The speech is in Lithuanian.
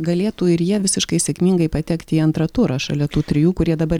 galėtų ir jie visiškai sėkmingai patekti į antrą turą šalia tų trijų kurie dabar